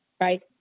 right